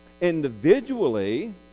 individually